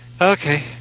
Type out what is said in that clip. Okay